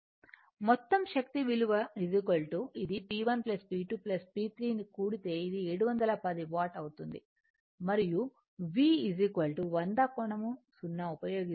మొత్తం శక్తి విలువ ఇది P1 P 2 P3 ను కూడితే ఇది 710 వాట్ అవుతుంది మరియు V 100 కోణం 0 ఉపయోగిస్తే I 77